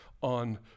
on